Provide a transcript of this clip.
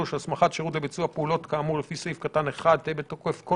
הסמכת השירות לביצוע פעולות כאמור לפי סעיף קטן (1) תהא בתוקף כל